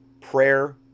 prayer